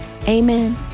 Amen